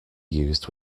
used